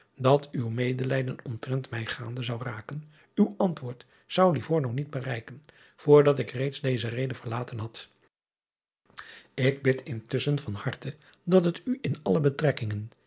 dat uw medelijden omtrent mij gaande zou raken uw antwoord zou ivorno niet bereiken voordat ik reeds deze reede verlaten had k bid intusschen van harte dat het u in alle